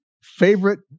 favorite